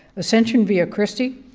ascension via christi,